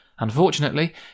Unfortunately